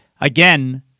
again